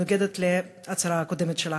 מנוגדת להצהרה הקודמת שלך.